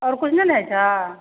आओर किछु नहि ने होइ छऽ